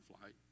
flight